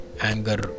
anger